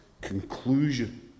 conclusion